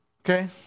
okay